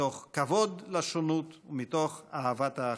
מתוך כבוד לשונות ומתוך אהבת האחים.